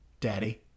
daddy